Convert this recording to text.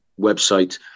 website